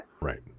Right